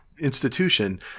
institution